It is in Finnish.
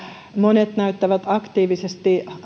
monet näyttävät aktiivisesti